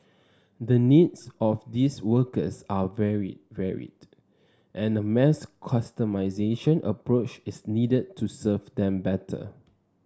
the needs of these workers are very varied and a mass customisation approach is needed to serve them better